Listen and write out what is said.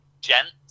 gents